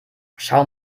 schau